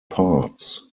parts